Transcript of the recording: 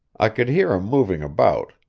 i could hear him moving about,